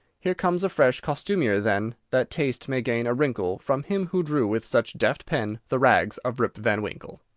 here comes afresh costumier, then that taste may gain a wrinkle from him who drew with such deft pen the rags of rip van winkle!